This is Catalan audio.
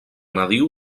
nadiu